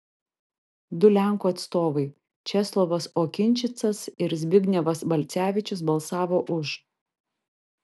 du lenkų atstovai česlovas okinčicas ir zbignevas balcevičius balsavo už